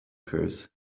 curse